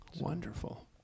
Wonderful